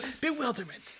Bewilderment